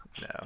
no